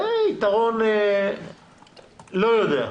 וזה יתרון, לא יודע.